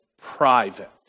private